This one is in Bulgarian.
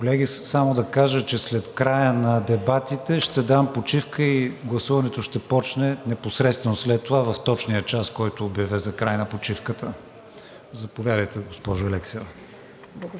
Колеги, само да кажа, че след края на дебатите ще дам почивка и гласуването ще започне непосредствено след това в точния час, който обявя за край на почивката. Заповядайте, госпожо Алексиева.